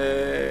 לאכול.